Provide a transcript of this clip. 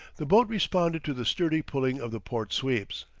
the boat responded to the sturdy pulling of the port sweeps.